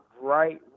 right